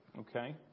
okay